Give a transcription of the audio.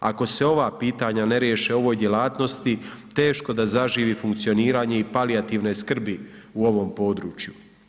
Ako se ova pitanja ne riješe u ovoj djelatnosti teško da zaživi i funkcioniranje i palijativne skrbi u ovom području.